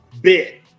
bit